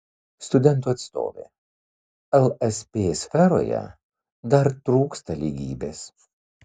studentų atstovė lsp sferoje dar trūksta lygybės